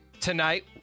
Tonight